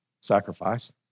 Sacrifice